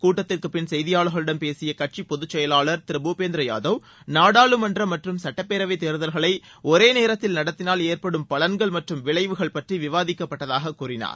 கூட்டத்திற்குப்பின் செய்தியாளர்களிடம் பேசிய கட்சியின் பொதுச் செயலாளர் திரு பூபேந்திர யாதவ் நாடாளுமன்றம் மற்றும் சுட்டப்பேரவைத் தேர்தல்களை ஒரே நேரத்தில் நடத்தினால் ஏற்படும் பலன்கள் மற்றும் வளைவுகள் பற்றி விவாதிக்கப்பட்டதாக கூறினார்